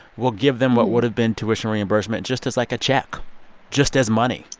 we'll give them what would have been tuition reimbursement just as, like, a check just as money?